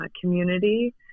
community